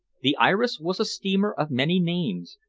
the iris was a steamer of many names,